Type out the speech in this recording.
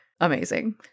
amazing